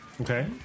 Okay